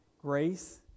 Grace